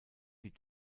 die